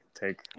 take